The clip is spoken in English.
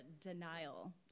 denial